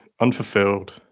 unfulfilled